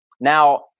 Now